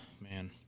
man